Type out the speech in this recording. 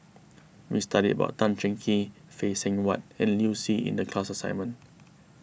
we studied about Tan Cheng Kee Phay Seng Whatt and Liu Si in the class assignment